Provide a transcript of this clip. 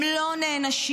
הם לא נענשים,